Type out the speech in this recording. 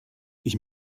ich